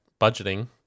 budgeting